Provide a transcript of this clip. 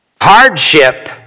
hardship